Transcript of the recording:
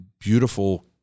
beautiful